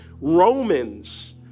Romans